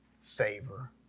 favor